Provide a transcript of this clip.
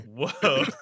whoa